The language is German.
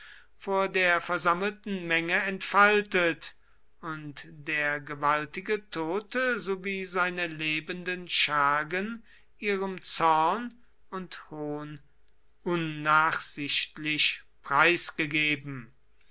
vor der versammelten menge entfaltet und der gewaltige tote sowie seine lebenden schergen ihrem zorn und hohn unnachsichtlich preisgegeben